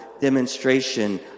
demonstration